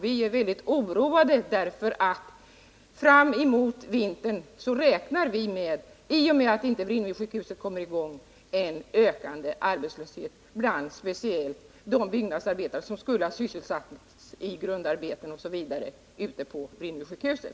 Vi är mycket oroliga därför att vi, i och med att byggandet av Vrinnevisjukhuset inte kommer i gång, framemot vintern får räkna med en ökande arbetslöshet speciellt bland de byggnadsarbetare som skulle ha sysselsatts med grundarbeten m.m. för Vrinnevisjukhuset.